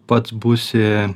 pats būsi